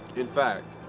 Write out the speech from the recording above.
in fact,